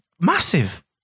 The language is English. massive